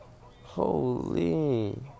Holy